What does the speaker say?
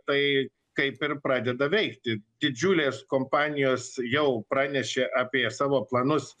tai kaip ir pradeda veikti didžiulės kompanijos jau pranešė apie savo planus